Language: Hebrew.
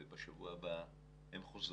ובשבוע הבא הם חוזרים,